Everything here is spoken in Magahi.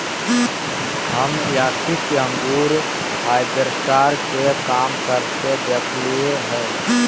हम यांत्रिक अंगूर हार्वेस्टर के काम करते देखलिए हें